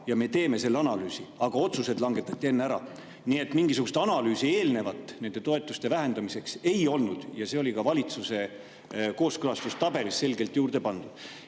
ja me teeme selle analüüsi, aga otsused langetati enne ära. Nii et mingisugust analüüsi enne nende toetuste vähendamist ei olnud ja see [sedastus] oli ka valitsuse kooskõlastustabelisse selgelt juurde pandud.